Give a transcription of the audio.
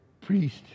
priest